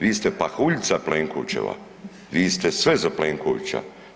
Vi ste pahuljica Plenkovićeva, vi ste sve za Plenkovića.